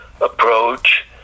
approach